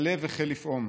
הלב החל לפעום.